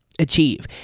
Achieve